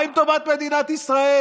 מה עם טובת מדינת ישראל?